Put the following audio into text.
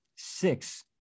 six